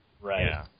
right